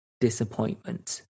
disappointment